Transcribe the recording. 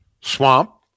swamp